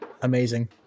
amazing